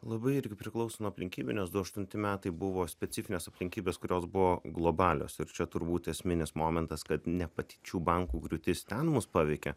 labai irgi priklauso nuo aplinkybių nes du aštunti metai buvo specifinės aplinkybės kurios buvo globalios ir čia turbūt esminis momentas kad ne pati šių bankų griūtis ten mus paveikė